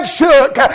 shook